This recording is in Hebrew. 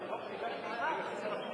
יש הצעת חוק שהגשתי כשהייתי שר הפנים